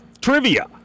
trivia